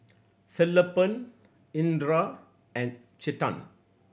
Sellapan Indira and Chetan